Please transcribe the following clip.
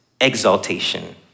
exaltation